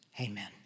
Amen